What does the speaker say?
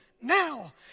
now